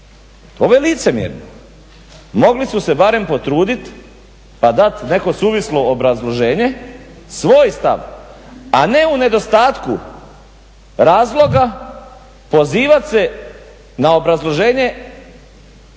Ovo je licemjerno. Mogli su se barem potruditi pa dat neko suvislo obrazloženje, svoj stav, a ne u nedostatku razloga pozivati se na obrazloženje